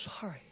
sorry